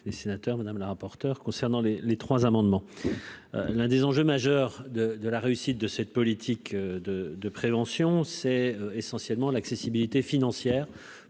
les sénateurs Madame la rapporteure concernant les les trois amendements, l'un des enjeux majeurs de de la réussite de cette politique de de prévention, c'est essentiellement l'accessibilité financière